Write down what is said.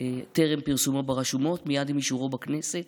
טרם פרסומו ברשומות, מייד עם אישורו בכנסת.